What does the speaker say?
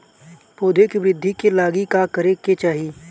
पौधों की वृद्धि के लागी का करे के चाहीं?